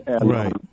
Right